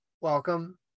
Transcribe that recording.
welcome